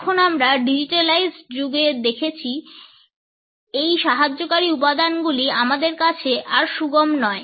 এখন আমরা ডিজিটালাইজড যুগে দেখেছি এই সাহায্যকারী উপাদানগুলি আমাদের কাছে আর সুগম নয়